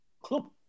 club